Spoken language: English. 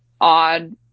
odd